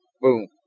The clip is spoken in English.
boom